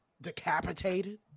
decapitated